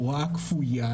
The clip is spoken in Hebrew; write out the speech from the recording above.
הוראה כפויה,